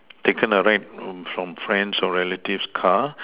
taken a ride from friends' or relatives' car